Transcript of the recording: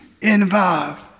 involved